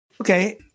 Okay